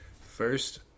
First